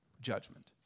judgment